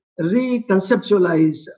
reconceptualize